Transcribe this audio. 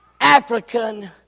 African